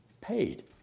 paid